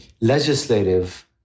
legislative